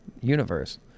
universe